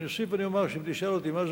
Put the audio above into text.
אני אוסיף ואומר שאם תשאל אותי מה זה